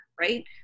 right